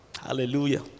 Hallelujah